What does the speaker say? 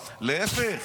--- להפך,